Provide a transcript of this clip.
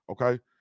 okay